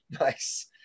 Nice